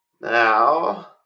Now